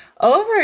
over